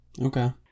Okay